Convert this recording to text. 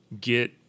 get